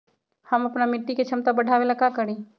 हम अपना मिट्टी के झमता बढ़ाबे ला का करी?